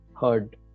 heard